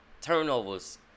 turnovers